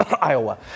Iowa